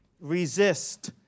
Resist